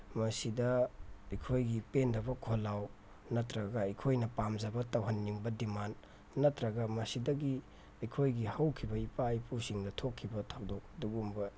ꯃꯁꯤꯗ ꯑꯩꯈꯣꯏꯒꯤ ꯄꯦꯟꯗꯕ ꯈꯣꯜꯂꯥꯎ ꯅꯠꯇ꯭ꯔꯒ ꯑꯩꯈꯣꯏꯅ ꯄꯥꯝꯖꯕ ꯇꯧꯍꯟꯅꯤꯡꯕ ꯗꯤꯃꯥꯟ ꯅꯠꯇ꯭ꯔꯒ ꯃꯁꯤꯗꯒꯤ ꯑꯩꯈꯣꯏꯒꯤ ꯍꯧꯈꯤꯕ ꯏꯄꯥ ꯏꯄꯨꯁꯤꯡꯗ ꯊꯣꯛꯈꯤꯕ ꯊꯧꯗꯣꯛ ꯑꯗꯨꯒꯨꯝꯕ